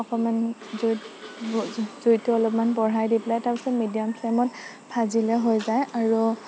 অকণমাণ জুইত জুইটো অলমান বঢ়াই দিপেলাই তাৰপিছত মিডিয়াম ফ্লেমত ভাজিলে হৈ যায় আৰু